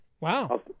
Wow